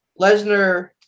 Lesnar